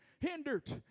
hindered